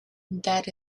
that